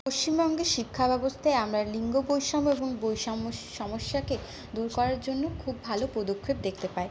পশ্চিমবঙ্গের শিক্ষা ব্যবস্থায় আমরা লিঙ্গ বৈষম্য এবং বৈষম্যের সমস্যাকে দূর করার জন্য খুব ভালো পদক্ষেপ দেখতে পাই